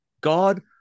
God